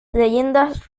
leyendas